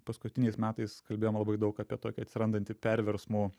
paskutiniais metais kalbėjom labai daug apie tokią atsirandanti perversmų